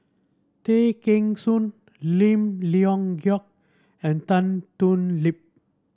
Tay Kheng Soon Lim Leong Geok and Tan Thoon Lip